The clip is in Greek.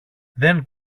δεν